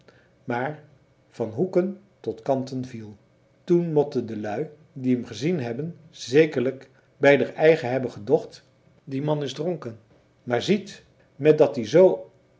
maar van hoeken tot kanten viel toen motten de lui die m gezien hebben zekerlijk bij der eigen hebben gedocht die man is dronken maar ziet met dat ie z